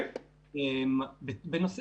בנושא